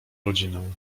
rodzinę